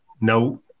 no